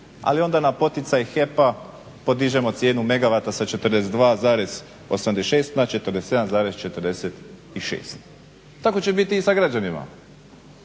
ali onda na poticaj HEP-a podižemo cijenu megavata sa 42,86 na 47,46. Tako će biti i sa građanima